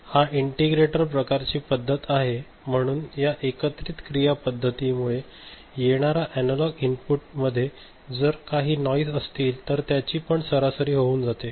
हा इंटिग्रेटर प्रकारची पद्धत आहे परंतु या एकत्रित क्रिया पद्धतीमुळे येणारा अनालॉग इनपुट मध्ये जर काही नॉईस असतील तर त्याची पण सरासरी होऊन जाते